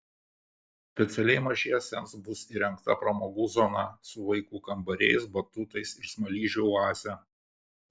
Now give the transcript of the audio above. specialiai mažiesiems bus įrengta pramogų zona su vaikų kambariais batutais ir smaližių oaze